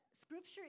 scripture